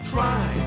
Try